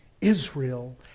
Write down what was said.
Israel